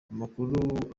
amakuru